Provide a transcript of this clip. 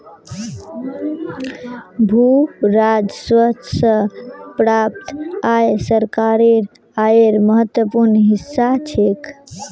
भू राजस्व स प्राप्त आय सरकारेर आयेर महत्वपूर्ण हिस्सा छेक